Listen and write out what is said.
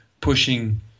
pushing